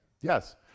Yes